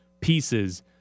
pieces